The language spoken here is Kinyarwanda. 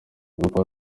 ubwo